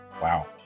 Wow